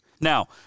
Now